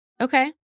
Okay